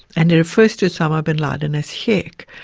and he refers to osama bin laden as sheik,